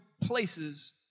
places